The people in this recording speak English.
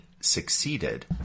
succeeded